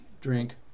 drink